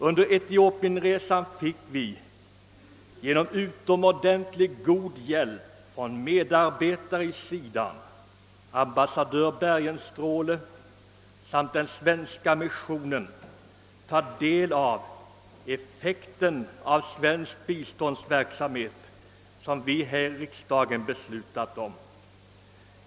Under Etiopienresan fick vi genom utomordentligt god hjälp från medarbetare i SIDA, ambassadör Bergenstråhle och den svenska missionen ta del av effekten av svensk biståndsverksamhet som vi här i riksdagen beslutat om.